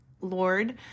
Lord